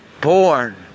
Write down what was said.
born